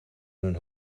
hun